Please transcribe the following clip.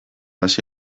hasi